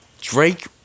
Drake